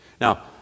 Now